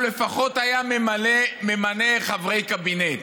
הוא לפחות היה ממנה חברי קבינט.